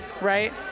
right